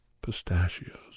pistachios